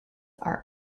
are